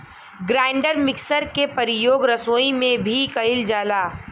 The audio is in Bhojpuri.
ग्राइंडर मिक्सर के परियोग रसोई में भी कइल जाला